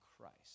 Christ